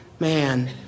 Man